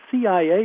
CIA